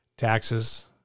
taxes